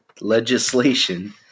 legislation